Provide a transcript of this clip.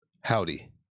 Howdy